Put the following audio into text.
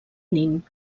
nin